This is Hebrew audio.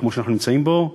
כמו שאנחנו נמצאים בו,